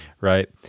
right